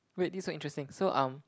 wait this one interesting so um